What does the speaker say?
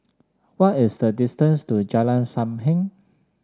what is the distance to Jalan Sam Heng